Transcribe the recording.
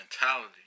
mentality